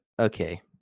okay